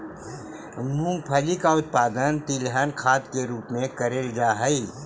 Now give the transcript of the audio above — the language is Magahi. मूंगफली का उत्पादन तिलहन खाद के रूप में करेल जा हई